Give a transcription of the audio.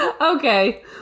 Okay